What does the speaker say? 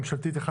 התשפ"ב 2021,